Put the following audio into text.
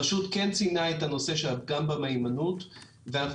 הרשות כן ציינה את הנושא של הפגם במהימנות ואנחנו